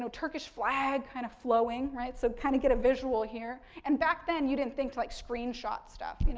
so turkish flag kind of flowing, right, so kind of get a visual here. and, back then, you didn't think to like screenshot stuff, you know